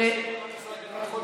עשית עם השר לביטחון פנים?